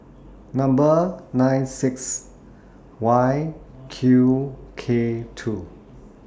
Number nine six Y Q K two